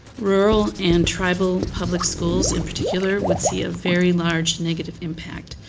rule and tribal public schools in particular would see a very large negative impact.